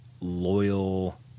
loyal